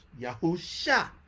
Yahusha